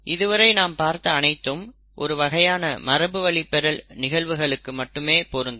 இதுவரை நாம் பார்த்த அனைத்தும் ஒரு வகையான மரபுவழிப்பெறல் நிகழ்வுகளுக்கு மட்டுமே பொருந்தும்